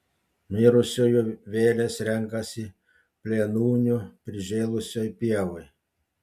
mirusiųjų vėlės renkasi plėnūnių prižėlusioj pievoj